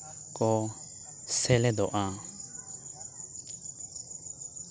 ᱠᱚ ᱥᱮᱞᱮᱫᱚᱜᱼᱟ